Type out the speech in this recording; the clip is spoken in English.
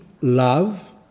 love